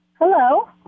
Hello